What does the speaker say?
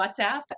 WhatsApp